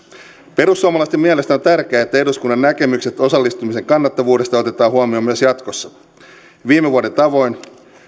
perussuomalaisten mielestä on tärkeää että eduskunnan näkemykset osallistumisen kannattavuudesta otetaan huomioon myös jatkossa viime vuoden tavoin